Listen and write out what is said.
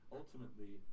ultimately